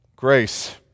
Grace